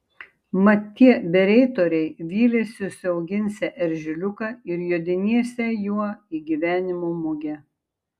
mat tie bereitoriai vylėsi užsiauginsią eržiliuką ir jodinėsią juo į gyvenimo mugę